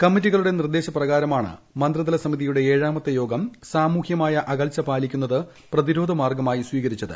കമ്മിറ്റികളുടെ നിർദ്ദേശപ്രകാരമാണ് മന്ത്രിതല സമിതിയുടെ ഏഴാമത്തെ യോഗം സാമൂഹ്യമായ അകൽച്ച പാലിക്കുന്നത് പ്രതിരോധ മാർഗ്ഗമായി സ്വീകരിച്ചത്